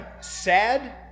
sad